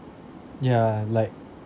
ya like